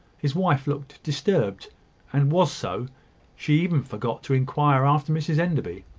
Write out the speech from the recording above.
his wife looked disturbed and was so she even forgot to inquire after mrs enderby.